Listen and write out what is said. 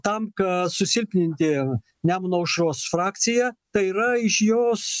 tam kad susilpninti nemuno aušros frakciją tai yra iš jos